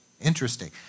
Interesting